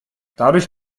dadurch